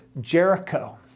Jericho